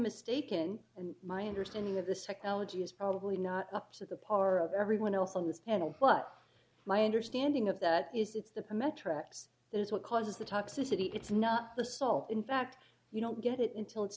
mistaken and my understanding of this technology is probably not up to the power of everyone else on this panel but my understanding of that is it's the metrics it's what causes the toxicity it's not the salt in fact you don't get it until it's